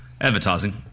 Advertising